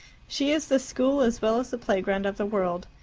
she is the school as well as the playground of the world.